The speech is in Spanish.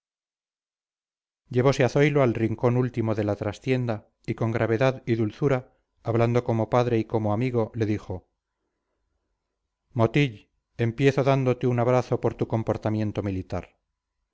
presente llevose a zoilo al rincón último de la trastienda y con gravedad y dulzura hablando como padre y como amigo le dijo motill empiezo dándote un abrazo por tu comportamiento militar